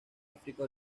áfrica